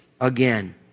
again